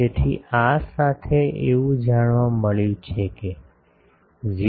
તેથી આ સાથે એવું જાણવા મળ્યું છે કે 0